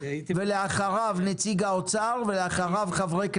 אחריו נציג האוצר ואחריו חברי הכנסת.